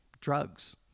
Drugs